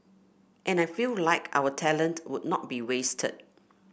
and I feel like our talent would not be wasted